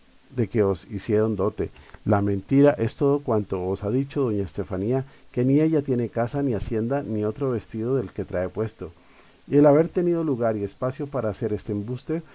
de que os hicieron la dote la mentira es todo cuanto os ha dicho doña estefanía que ni ella tiene casa ni hacienda ni otro vest ido del que trae puesto y el haber tenido lugar y espacio para hacer este embuste